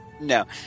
No